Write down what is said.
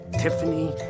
Tiffany